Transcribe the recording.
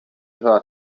heard